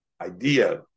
idea